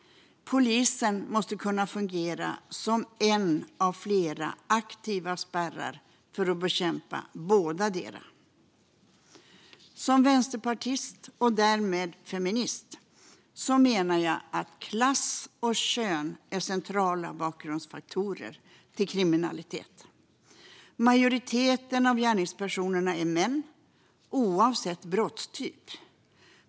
Polisen måste fungera som en av flera aktiva spärrar för att bekämpa båda delar. Som vänsterpartist och därmed feminist menar jag att klass och kön är centrala bakgrundsfaktorer till kriminalitet. Majoriteten av gärningspersonerna är män, oavsett brottstyp.